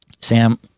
Sam